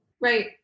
Right